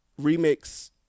remix